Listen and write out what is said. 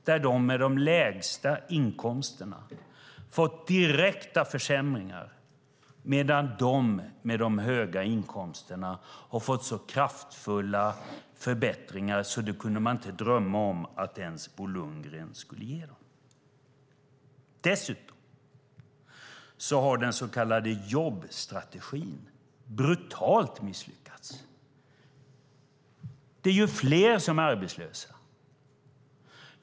De med de lägsta inkomsterna har fått direkta försämringar, medan de med de höga inkomsterna har fått kraftfulla förbättringar - förbättringar som man inte kunnat drömma om att ens Bo Lundgren skulle ge dem. Dessutom har den så kallade jobbstrategin brutalt misslyckats. Det är ju fler som nu är arbetslösa.